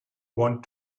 want